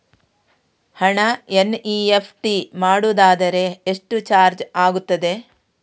ಹಣ ಎನ್.ಇ.ಎಫ್.ಟಿ ಮಾಡುವುದಾದರೆ ಎಷ್ಟು ಚಾರ್ಜ್ ಆಗುತ್ತದೆ?